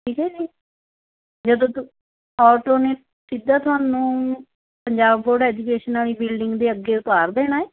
ਠੀਕ ਹੈ ਜੀ ਜਦੋਂ ਤੁ ਔਟੋ ਨੇ ਸਿੱਧਾ ਤੁਹਾਨੂੰ ਪੰਜਾਬ ਬੋਰਡ ਐਜੂਕੇਸ਼ਨ ਵਾਲੀ ਬਿਲਡਿੰਗ ਦੇ ਅੱਗੇ ਉਤਾਰ ਦੇਣਾ ਹੈ